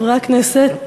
חברי הכנסת,